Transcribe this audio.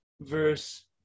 verse